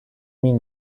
mean